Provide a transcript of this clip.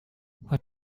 what